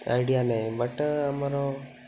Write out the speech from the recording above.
idea ନାହିଁ but ଆମର